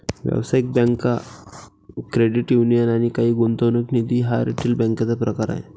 व्यावसायिक bank, credit union आणि काही गुंतवणूक निधी हा रिटेल बँकेचा प्रकार आहे